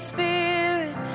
Spirit